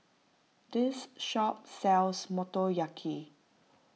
this shop sells Motoyaki